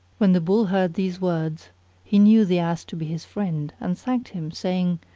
when the bull heard these words he knew the ass to be his friend and thanked him, saying,